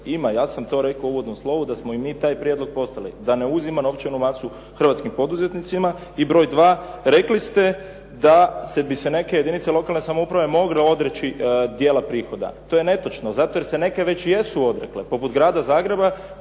Ima, ja sam to rekao u uvodnom slovu, da smo i mi taj prijedlog poslali, da ne uzima novčanu masu hrvatskim poduzetnicima. I broj dva, rekli ste da bi se neke jedinice lokalne samouprave mogle odreći dijela prihoda. To je netočno zato jer se neke već jesu odrekle, poput Grada Zagreba,